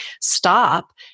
stop